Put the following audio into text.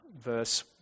verse